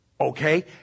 Okay